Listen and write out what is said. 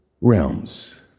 realms